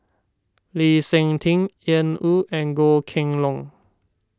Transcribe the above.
Lee Seng Tee Ian Woo and Goh Kheng Long